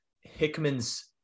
Hickman's